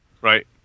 Right